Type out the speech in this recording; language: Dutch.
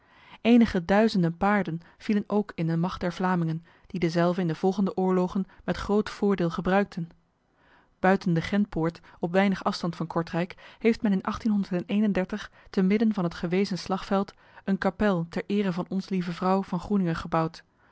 enige duizenden paarden vielen ook in de macht der vlamingen die dezelve in de volgende oorlogen met groot voordeel gebruikten buiten de gentpoort op weinig afstand van kortrijk heeft men in te midden van het gewezen slagveld een kapel ter ere van ons lieve vrouw van groeninge gebouwd